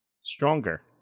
stronger